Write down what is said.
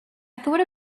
thought